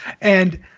And-